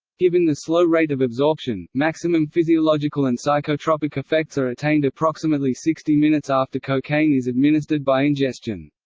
given the slow rate of absorption, maximum physiological and psychotropic effects are attained approximately sixty minutes after cocaine is administered by ingestion.